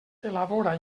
elabora